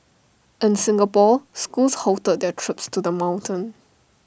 in Singapore schools halted their trips to the mountain